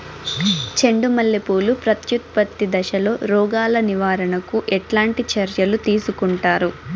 చెండు మల్లె పూలు ప్రత్యుత్పత్తి దశలో రోగాలు నివారణకు ఎట్లాంటి చర్యలు తీసుకుంటారు?